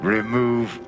Remove